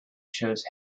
chose